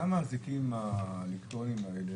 למה האזיקים האלקטרוניים האלה,